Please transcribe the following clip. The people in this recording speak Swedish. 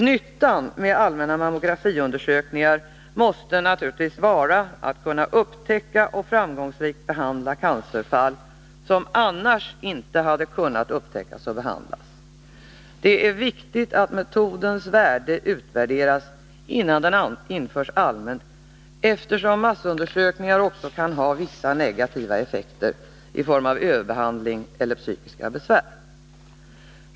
Nyttan med allmänna mammografiundersökningar måste vara att kunna upptäcka och framgångsrikt behandla cancerfall som annars inte hade kunnat upptäckas och behandlas. Det är viktigt att metodens värde utvärderas innan den införs allmänt, eftersom massundersökningar även kan ha vissa negativa effekter, t.ex. i form av överbehandling och psykiska besvär.